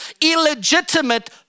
Illegitimate